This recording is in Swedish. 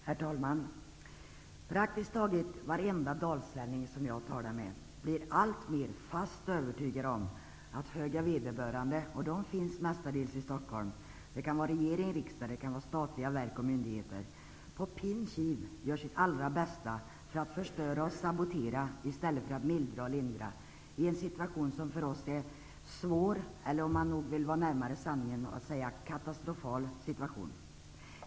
Herr talman! Praktiskt taget varenda dalslänning som jag har talat med blir alltmer fast övertygad om att höga vederbörande, som mestadels finns i Stockholm och kan vara regering, riksdag, statliga verk eller myndigheter, på pin kiv gör sitt allra bästa för att förstöra och sabotera, i stället för att mildra och lindra, i en situation som för oss är svår eller, om man vill komma närmare sanningen, katastrofal.